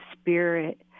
Spirit